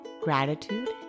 Gratitude